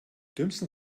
dümmsten